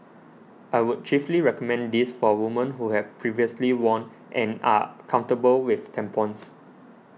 I would chiefly recommend this for women who have previously worn and are comfortable with tampons